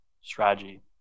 strategy